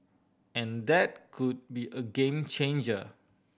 and that could be a game changer